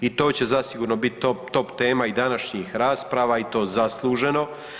I to će zasigurno biti i top tema i današnjih rasprava i to zasluženo.